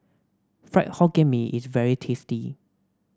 Fried Hokkien Mee is very tasty